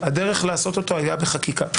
הדרך לעשותו הייתה בחקיקה.